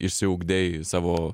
išsiugdei savo